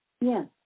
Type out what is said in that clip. Yes